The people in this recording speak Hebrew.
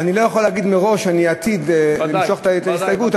אני לא יכול להגיד מראש שאני עתיד למשוך את ההסתייגות,